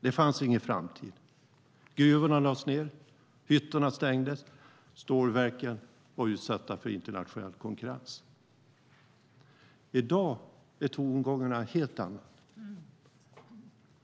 Det fanns ingen framtid. Gruvorna lades ned, hyttorna stängdes och stålverken var utsatta för internationell konkurrens. I dag är tongångarna helt andra.